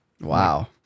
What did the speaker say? Wow